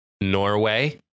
norway